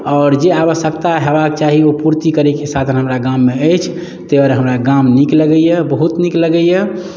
आओर जे आवश्यकता होयबाक चाही ओ पूर्ति करयके साधन हमरा गाममे अछि ताहि दुआरे हमरा गाम नीक लगैए बहुत नीक लगैए